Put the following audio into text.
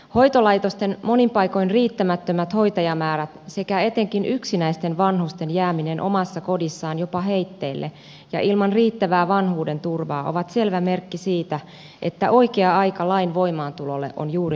hoitolaitosten monin paikoin riittämättömät hoitajamäärät sekä etenkin yksinäisten vanhusten jääminen omassa kodissaan jopa heitteille ja ilman riittävää vanhuudenturvaa ovat selvä merkki siitä että oikea aika lain voimaantulolle on juuri nyt